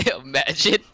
imagine